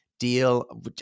deal